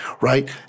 right